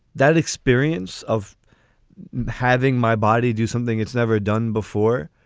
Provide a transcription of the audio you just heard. that experience of having my body do something, it's never done before,